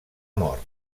mort